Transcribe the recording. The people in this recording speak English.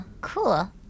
cool